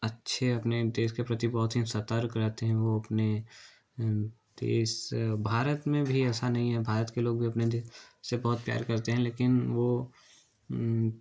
अच्छी अपने देश के प्रति बहुत ही सतर्क रहते है वे अपने देश भारत में भी ऐसा नहीं है भारत के लोग भी अपने देश से बहुत प्यार करते हैं लेकिन वो